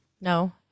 No